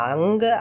Ang